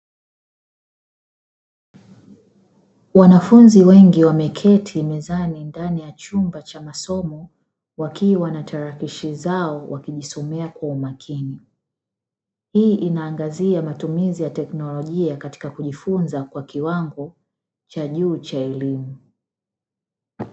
Wanafunzi wengi wameketi mezani ndani ya chumba cha masomo wakiwa na tarakishi zao wakijisomea kwa umakini. Hii inaangazia matumizi ya teknolojia katika kujifunza kwa kiwango cha juu cha elimu.